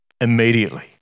Immediately